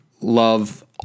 love